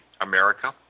America